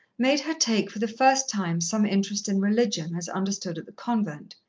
made her take for the first time some interest in religion as understood at the convent.